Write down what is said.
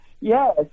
Yes